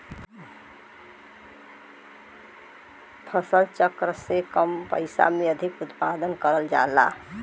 फसल चक्र से कम पइसा में अधिक उत्पादन करल जाला